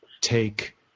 take